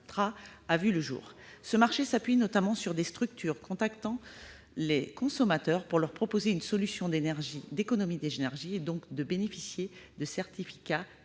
a vu le jour. Ce marché s'appuie notamment sur des structures contactant les consommateurs pour leur proposer une solution d'économies d'énergie et donc de bénéficier de CEE. Ces